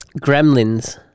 Gremlins